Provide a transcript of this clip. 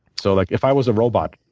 so like if i was a robot,